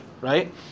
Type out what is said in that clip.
right